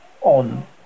on